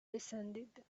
descended